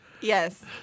Yes